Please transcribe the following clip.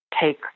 take